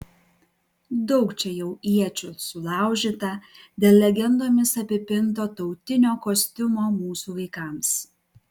daug čia jau iečių sulaužyta dėl legendomis apipinto tautinio kostiumo mūsų vaikams